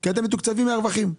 כי אתם מתוקצבים מהרווחים.